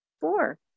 four